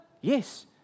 Yes